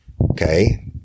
Okay